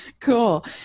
Cool